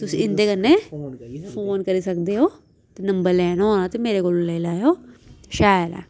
तुस इं'दे कन्नै फोन करी सकदे ओ ते नंबर लैना होऐ ते मेरे कोला लेई लैएओ शैल ऐ